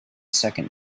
second